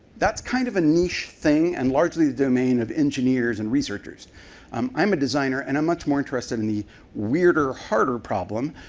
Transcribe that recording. that's kind of a niche thing and largely the domain of engineers and everyone arers. um i'm a designer and i'm much more interested in the weirder, harder problem,